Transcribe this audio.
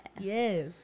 Yes